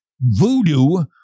voodoo